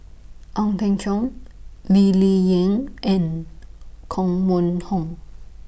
Ong Teng Cheong Lee Ling Yen and Koh Mun Hong